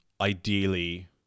ideally